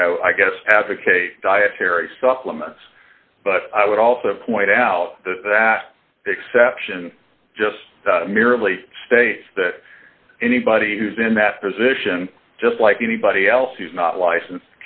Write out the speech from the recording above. you know i guess advocate dietary supplements but i would also point out that that exception just merely states that anybody who's in that position just like anybody else who's not license